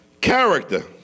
character